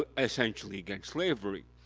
ah essentially against slavery.